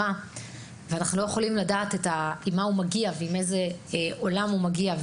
ואנחנו לא יודעים מאיזה עולם הם מגיעים.